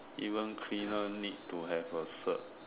even cleaner need to have a cert